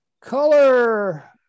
Color